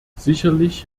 sicherlich